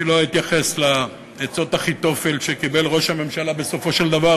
אני לא אתייחס לעצות אחיתופל שקיבל ראש הממשלה בסופו של דבר,